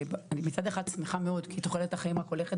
מצד אחד אני שמחה מאוד כי תוחלת החיים רק הולכת